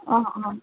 অঁ অঁ